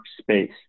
space